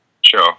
Sure